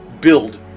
build